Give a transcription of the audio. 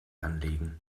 anlegen